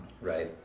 right